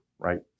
right